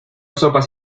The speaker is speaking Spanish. sopas